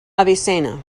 avicenna